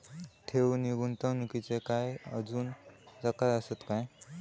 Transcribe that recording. ठेव नी गुंतवणूकचे काय आजुन प्रकार आसत काय?